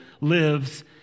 lives